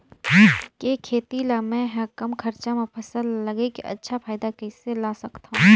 के खेती ला मै ह कम खरचा मा फसल ला लगई के अच्छा फायदा कइसे ला सकथव?